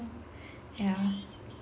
yeah